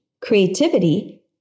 creativity